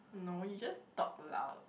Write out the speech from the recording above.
no you just talk loud